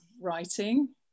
writing